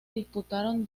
disputaron